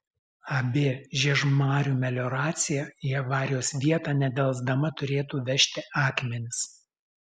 ab žiežmarių melioracija į avarijos vietą nedelsdama turėtų vežti akmenis